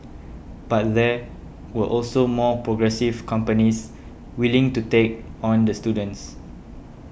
but there were also more progressive companies willing to take on the students